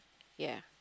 ya